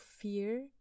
fear